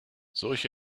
solche